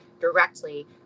directly